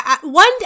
one